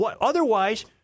otherwise